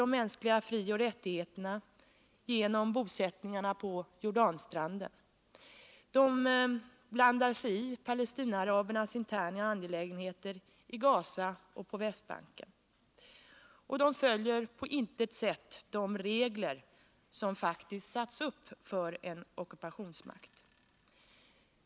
Genom bosättningarna på Jordanstranden kränker israelerna de mänskliga frioch rättigheterna. De blandar sig i Palestinaarabernas interna angelägenheter i Gazaområdet på Västbanken, och de följer på intet sätt de regler som faktiskt har satts upp för en ockupationsmakt.